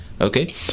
okay